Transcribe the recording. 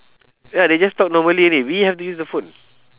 ya they just talk normally only we have to use the phone